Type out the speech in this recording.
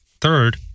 Third